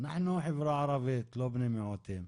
אנחנו החברה הערבית, לא בני מיעוטים.